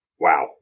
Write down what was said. wow